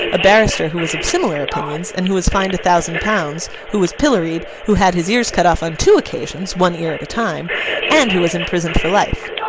a barrister who was of similar opinions, and who was fined a thousand pounds who was pilloried who had his ears cut off on two occasions one ear at a time and who was imprisoned for life.